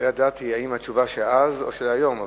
לא ידעתי אם התשובה היא של אז או של היום.